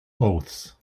oaths